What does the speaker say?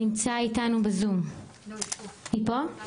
יובל